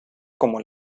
como